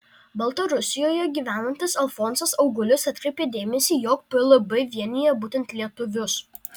baltarusijoje gyvenantis alfonsas augulis atkreipė dėmesį jog plb vienija būtent lietuvius